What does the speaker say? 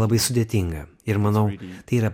labai sudėtinga ir manau tai yra